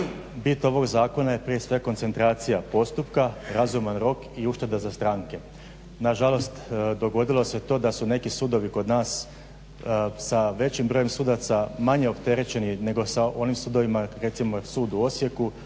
bit ovog zakona je prije svega koncentracija postupka, razuman rok i ušteda za stranke. Nažalost dogodilo se to da su neki sudovi kod nas sa većim brojem sudaca manje opterećeni nego sa onim sudovima recimo Sud u Osijeku,